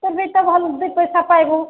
ତୁ ବି ତ ଭଲ ଦୁଇ ପଇସା ପାଇବୁ